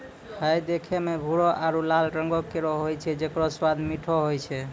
हय देखै म भूरो आरु लाल रंगों केरो होय छै जेकरो स्वाद मीठो होय छै